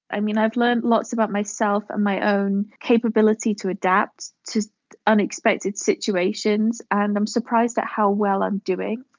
i mean i've learnt lots about myself and my own capability to adapt to unexpected situations and i'm surprised at how well i'm doing.